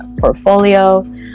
portfolio